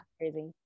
Crazy